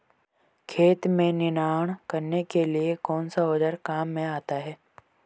खेत में निनाण करने के लिए कौनसा औज़ार काम में आता है?